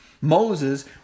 Moses